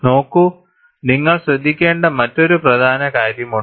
നോക്കൂ നിങ്ങൾ ശ്രദ്ധിക്കേണ്ട മറ്റൊരു പ്രധാന കാര്യമുണ്ട്